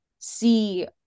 see